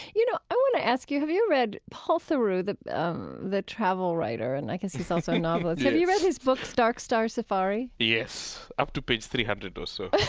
you know, i want to ask you, have you read paul theroux, the um the travel writer, and i guess he's also a novelist? yes have you read his book dark star safari? yes. up to page three hundred or so. i